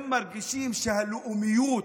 הם מרגישים שהלאומיות